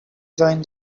join